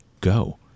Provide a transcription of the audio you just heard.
go